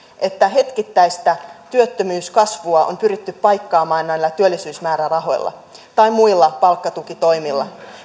että hetkittäistä työttömyyskasvua on pyritty paikkaamaan näillä työllisyysmäärärahoilla tai muilla palkkatukitoimilla